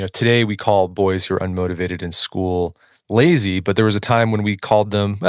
ah today, we call boys who are unmotivated in school lazy, but there was a time when we called them, well,